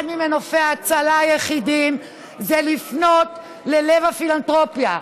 אחד ממנופי ההצלה היחידים זה לפנות ללב הפילנתרופיה,